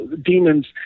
demons